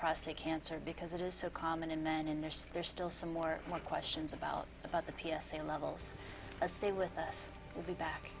prostate cancer because it is so common in men and there's there's still some more questions about about the p s a levels a stay with us we'll be back